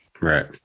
Right